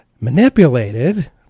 manipulated